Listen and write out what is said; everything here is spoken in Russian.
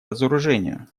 разоружению